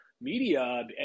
media